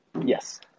yes